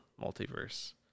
multiverse